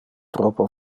troppo